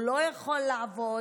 הוא לא יכול לעבוד,